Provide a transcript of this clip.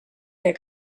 der